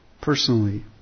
personally